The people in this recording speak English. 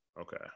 Okay